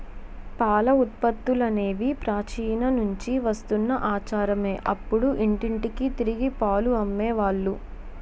పాల ఉత్పత్తులనేవి ప్రాచీన నుంచి వస్తున్న ఆచారమే అప్పుడు ఇంటింటికి తిరిగి పాలు అమ్మే వాళ్ళు